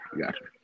Gotcha